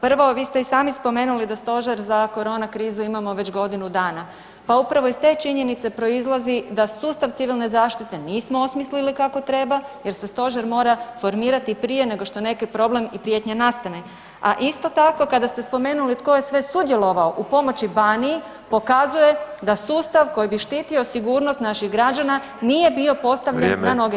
Prvo, vi ste i sami spomenuli da stožer za korona krizu imamo već godinu dana, pa upravo iz te činjenice proizlazi da sustav civilne zaštite nismo osmislili kako treba jer se stožer mora formirati prije nego što neki problem i prijetnja nastane, a isto tako kada ste spomenuli tko je sudjelovao u pomoći Baniji pokazuje da sustav koji bi štitio sigurnost naših građana nije bio postavljan kako treba.